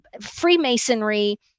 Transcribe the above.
Freemasonry